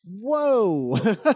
whoa